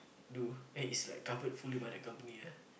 do then it's like covered fully by the company ah